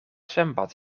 zwembad